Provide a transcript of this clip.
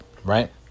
right